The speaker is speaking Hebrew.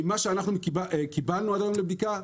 ממה שאנחנו קיבלנו עד היום לבדיקה,